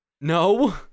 No